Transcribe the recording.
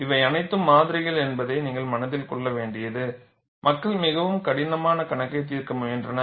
இவை அனைத்தும் மாதிரிகள் என்பதை நீங்கள் மனதில் கொள்ள வேண்டியது மக்கள் மிகவும் கடினமான கணக்கை தீர்க்க முயன்றனர்